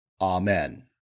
Amen